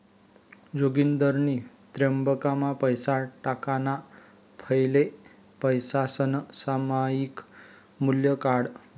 जोगिंदरनी ब्यांकमा पैसा टाकाणा फैले पैसासनं सामायिक मूल्य काढं